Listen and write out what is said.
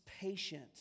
patient